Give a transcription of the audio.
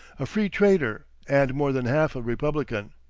a free trader, and more than half a republican.